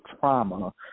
trauma